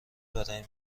برای